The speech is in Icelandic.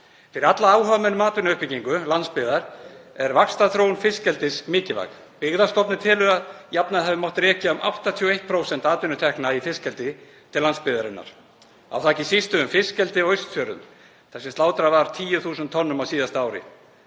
Fyrir alla áhugamenn um atvinnuuppbyggingu landsbyggðar er vaxtarþróun fiskeldis mikilvæg. Byggðastofnun telur að að jafnaði hafi mátt rekja um 81% atvinnutekna í fiskeldi til landsbyggðarinnar. Á það ekki síst við um fiskeldi á Austfjörðum þar sem slátrað var 10.000 tonnum á síðasta ári.